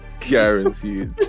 guaranteed